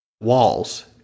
walls